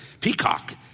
peacock